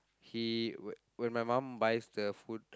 he when my mum buys the food